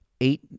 eight